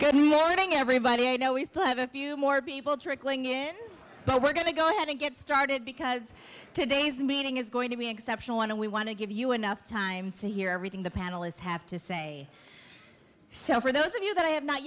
good morning everybody i know we still have a few more people trickling in but we're going to go ahead and get started because today's meeting is going to be exceptional and we want to give you enough time to hear everything the panelists have to say so for those of you that i have not